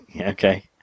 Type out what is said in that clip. Okay